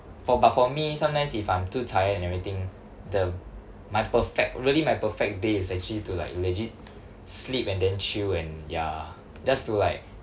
for but for me sometimes if I'm too tired and everything the my perfect really my perfect day is actually to like legit sleep and then chill and ya just to like